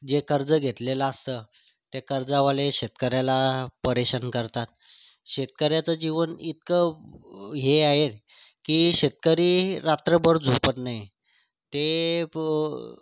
जे कर्ज घेतलेलं असतं ते कर्जवाले शेतकऱ्याला परेशान करतात शेतकऱ्याचं जीवन इतकं हे आहे की शेतकरी रात्रभर झोपत नाही ते प